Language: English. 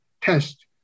test